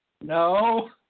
No